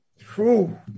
True